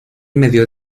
medio